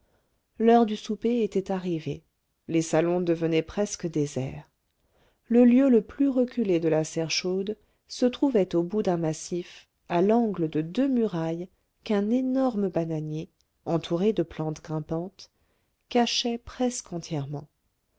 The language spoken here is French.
l'heure du souper était arrivée les salons devenaient presque déserts le lieu le plus reculé de la serre chaude se trouvait au bout d'un massif à l'angle de deux murailles qu'un énorme bananier entouré de plantes grimpantes cachait presque entièrement